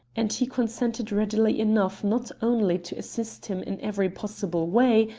and he consented readily enough not only to assist him in every possible way,